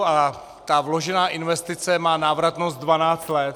A ta vložená investice má návratnost 12 let.